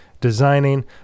designing